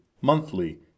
monthly